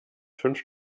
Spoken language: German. fünf